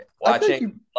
watching